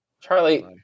Charlie